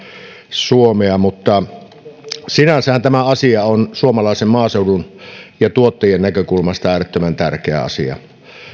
suomea mutta sinänsähän tämä asia on suomalaisen maaseudun ja tuottajien näkökulmasta äärettömän tärkeä asia